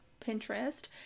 Pinterest